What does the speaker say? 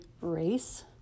race